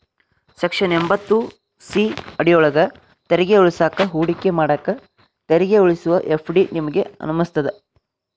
section ಎಂಭತ್ತು C ಅಡಿಯೊಳ್ಗ ತೆರಿಗೆ ಉಳಿಸಾಕ ಹೂಡಿಕೆ ಮಾಡಾಕ ತೆರಿಗೆ ಉಳಿಸುವ ಎಫ್.ಡಿ ನಿಮಗೆ ಅನುಮತಿಸ್ತದ